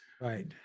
Right